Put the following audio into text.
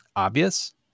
Obvious